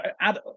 add